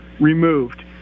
removed